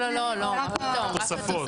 לא, רק התוספות.